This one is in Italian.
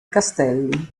castelli